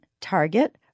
Target